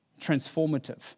transformative